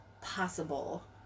possible